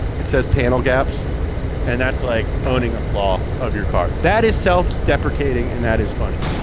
it says panel gaps and that's like owning a flaw of your car. that is self-deprecating and that is funny.